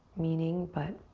meaning but